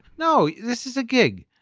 no this is a gig.